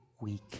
weak